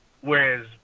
whereas